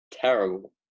Terrible